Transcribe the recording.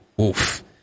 oof